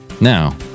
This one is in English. Now